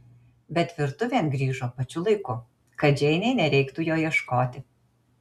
bet virtuvėn grįžo pačiu laiku kad džeinei nereiktų jo ieškoti